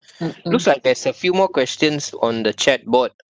looks like there's a few more questions on the chat board